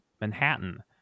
Manhattan